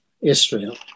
Israel